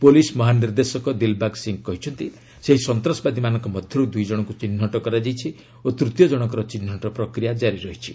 police ମହାନିର୍ଦ୍ଦେଶକ ଦିଲବାଗ ସିଂହ କହିଛନ୍ତି ସେହି ସନ୍ତାସବାଦୀମାନଙ୍କ ମଧ୍ୟର୍ ଦୂଇ ଜଣଙ୍କୁ ଚିହ୍ରଟ କରାଯାଇଛି ଓ ତୃତୀୟ ଜଣକର ଚିହ୍ରଟ ପ୍ରକ୍ରିୟା କାରି ରହିଛି